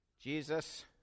Jesus